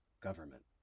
government